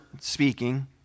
speaking